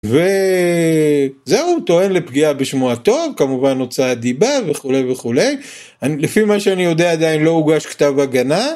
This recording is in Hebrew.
וזהו, הוא טוען לפגיעה בשמו הטוב, כמובן הוצאת דיבה וכו' וכו'. לפי מה שאני יודע עדיין, לא הוגש כתב הגנה.